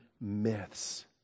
myths